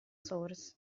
source